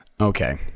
Okay